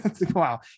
wow